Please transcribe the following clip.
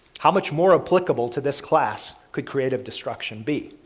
how much more applicable to this class could creative destruction be?